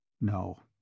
No